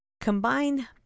Combine